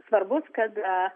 svarbus kad